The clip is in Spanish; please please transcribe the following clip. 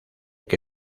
que